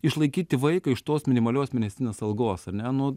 išlaikyti vaiką iš tos minimalios mėnesinės algos ar ne nu